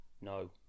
No